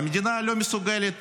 והמדינה לא מסוגלת